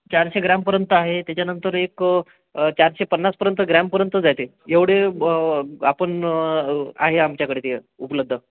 चारशे ग्रामपर्यंत आहे त्याच्यानंतर एक चारशे पन्नासपर्यंत ग्रामपर्यंतच आहे ते एवढे आपण आहे आमच्याकडे ते उपलब्ध